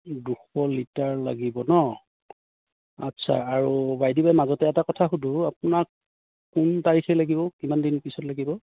দুশ লিটাৰ লাগিব ন আচ্ছা আৰু বাইদিবাই মাজতে এটা কথা সোধোঁ আপোনাক কোন তাৰিখে লাগিব কিমান দিন পিছত লাগিব